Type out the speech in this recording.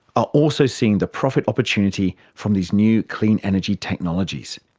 are also seeing the profit opportunity from these new clean energy technologies.